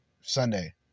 Sunday